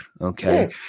okay